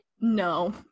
No